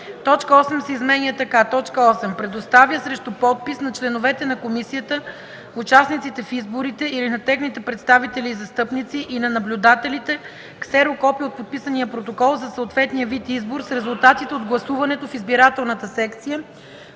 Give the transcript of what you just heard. Точка 8 се изменя така: